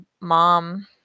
mom